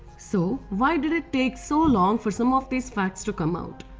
so why did it take so long for some of these facts to come out?